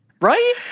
right